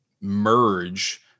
merge